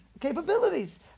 capabilities